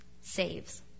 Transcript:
saves